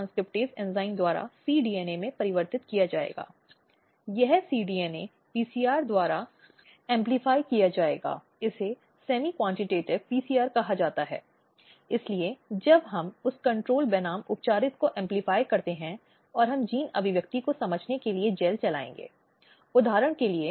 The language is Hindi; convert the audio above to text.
अब ये विभाग समय समय पर विभिन्न नीतियों और कार्यक्रमों के माध्यम से महिलाओं के अधिकारों की रक्षा के लिए विभिन्न नीतियों और कार्यक्रमों के माध्यम से प्रयास कर रहे हैं जो इस उद्देश्य के लिए जारी किए जा रहे हैं